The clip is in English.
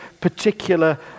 particular